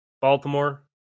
Baltimore